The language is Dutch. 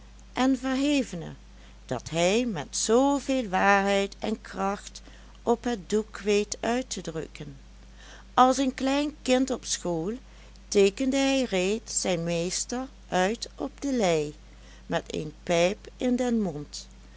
en verhevene dat hij met zooveel waarheid en kracht op het doek weet uit te drukken als een klein kind op school teekende hij reeds zijn meester uit op de lei met een pijp in den mond